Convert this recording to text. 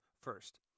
first